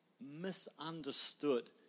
misunderstood